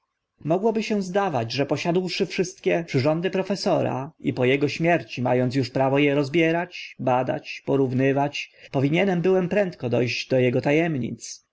mogłoby się zdawać że posiadłszy wszystkie przyrządy profesora i po ego śmierci ma ąc uż prawo e rozbierać badać porównywać powinien byłem prędko do ść do ego ta